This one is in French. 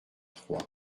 trois